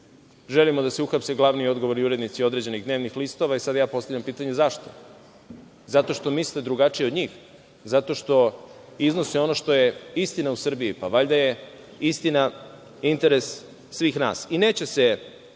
želimo da se uhapse glavni i odgovorni urednici određenih dnevnih listova. Sad ja postavljam pitanje zašto? Zato što misle drugačije od njih, zato što iznose ono što je istina u Srbiji? Pa, valjda je istina interes svih nas. Neće se